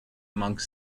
among